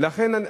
תודה.